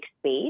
space